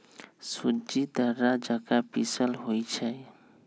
सूज़्ज़ी दर्रा जका पिसल होइ छइ